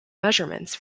measurements